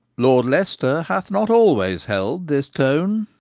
lord leicester hath not always held this tone.